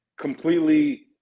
completely